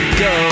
go